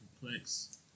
complex